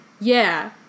Yeah